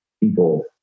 People